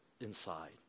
inside